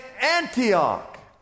Antioch